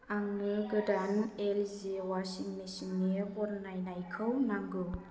आंनो गोदान एलजि वासिं मेशिननि बरनायनायखौ नांगौ